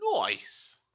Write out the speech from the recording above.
Nice